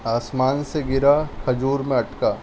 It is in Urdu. آسمان سے گرا کھجور میں اٹکا